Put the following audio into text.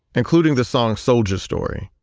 including the song soulja's story.